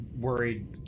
worried